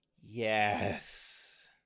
Yes